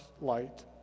light